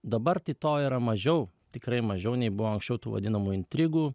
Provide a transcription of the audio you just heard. dabar tai to yra mažiau tikrai mažiau nei buvo anksčiau tų vadinamų intrigų